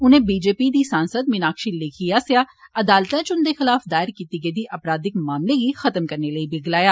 उनें बीजेपी दी सांसद मिनाक्षी लेखी आस्सेआ अदालतै च उंदे खलाफ दायर कीते गेदे आपराधिक मामले गी खत्म करने लेई बी गलाया